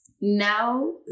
now